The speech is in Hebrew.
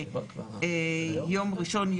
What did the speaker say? עד יום ראשון,